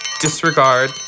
disregard